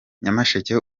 nyamasheke